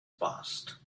passed